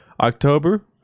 October